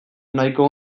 nahiko